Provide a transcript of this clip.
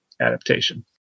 adaptation